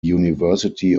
university